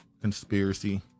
conspiracy